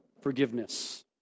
forgiveness